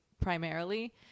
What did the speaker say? primarily